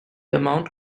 amount